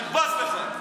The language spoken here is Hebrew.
אני בז לך.